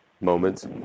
moments